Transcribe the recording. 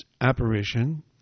apparition